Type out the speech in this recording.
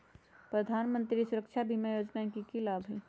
प्रधानमंत्री सुरक्षा बीमा योजना के की लाभ हई?